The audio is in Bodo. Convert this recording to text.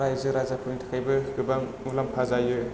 रायजो राजाफोरनि थाखायबो गोबां मुलाम्फा जायो